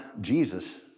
Jesus